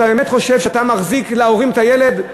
אתה באמת חושב שאתה מחזיק להורים את הילד?